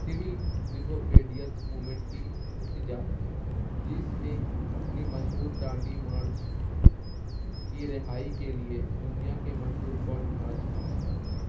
civil disobedience movement کی ایجاد کی جس میں اپنی مشہور ڈانڈی مارچ کی رہائی کی لیے دنیا کے مشہور سالٹ مارچ کا سفر کیا